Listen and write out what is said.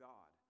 God